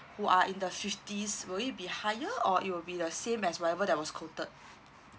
who are in the fifties will it be higher or it will be the same as whatever that was quoted